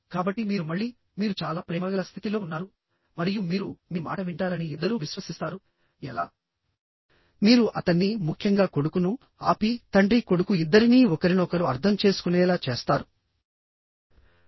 కాబట్టి మీరు మళ్ళీ మీరు చాలా ప్రేమగల స్థితిలో ఉన్నారు మరియు మీరు మీ మాట వింటారని ఇద్దరూ విశ్వసిస్తారు ఎలామీరు అతన్ని ముఖ్యంగా కొడుకును ఆపి తండ్రి కొడుకు ఇద్దరినీ ఒకరినొకరు అర్థం చేసుకునేలా చేస్తారు